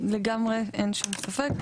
לגמרי, אין שום ספק.